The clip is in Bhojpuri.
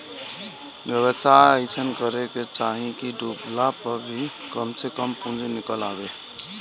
व्यवसाय अइसन करे के चाही की डूबला पअ भी कम से कम पूंजी निकल आवे